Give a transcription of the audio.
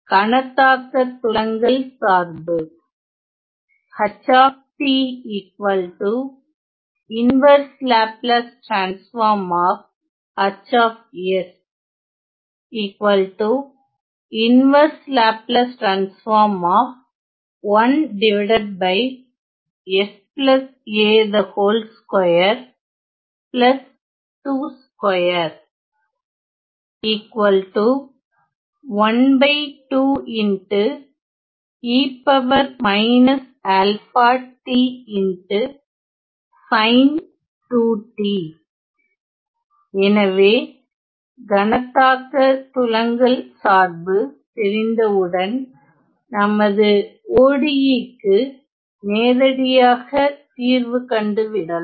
கணத்தாக்கத் துலங்கல் சார்பு எனவே கணத்தாக்கத் துலங்கல் சார்பு தெரிந்தவுடன் நமது ODE க்கு நேரடியாக தீர்வு கண்டுவிடலாம்